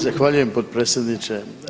Zahvaljujem potpredsjedniče.